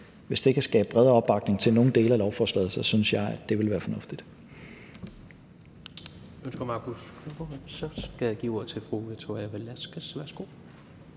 hvis det kan skabe bredere opbakning til nogle dele af lovforslaget, synes jeg, at det vil være fornuftigt.